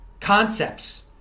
concepts